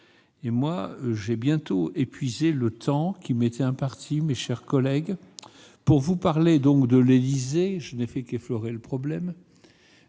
à moi, j'ai bientôt épuisé le temps de parole qui m'était imparti, mes chers collègues, pour vous parler de l'Élysée- je n'ai fait qu'effleurer le problème